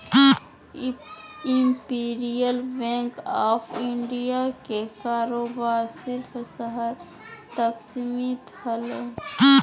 imperial Bank of India के कारोबार सिर्फ़ शहर तक सीमित हलय